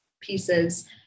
pieces